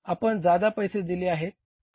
आपण जादा पैसे दिले आहेत